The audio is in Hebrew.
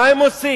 מה הן עושות?